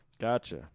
Gotcha